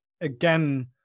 again